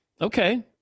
Okay